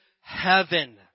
heaven